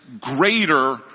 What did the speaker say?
greater